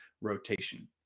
rotation